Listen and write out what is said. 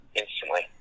instantly